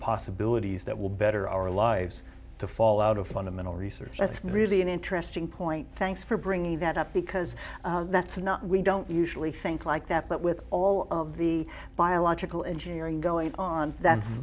possibilities that will better our lives to fall out of fundamental research that's really an interesting point thanks for bringing that up because that's not we don't usually think like that but with all the biological engineering going on that's